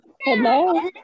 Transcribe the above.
Hello